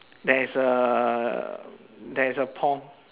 there is a there is a pond